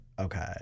okay